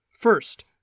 First